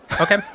Okay